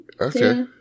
Okay